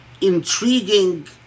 intriguing